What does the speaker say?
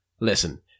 Listen